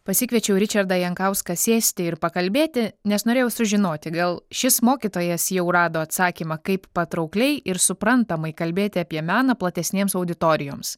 pasikviečiau ričardą jankauską sėsti ir pakalbėti nes norėjau sužinoti gal šis mokytojas jau rado atsakymą kaip patraukliai ir suprantamai kalbėti apie meną platesnėms auditorijoms